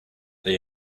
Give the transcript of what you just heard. they